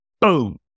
Boom